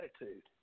attitude